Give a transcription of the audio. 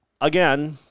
again